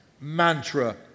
mantra